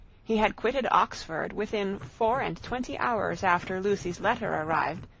he had quitted oxford within four and twenty hours after lucy's letter arrived,